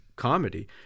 comedy